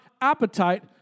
appetite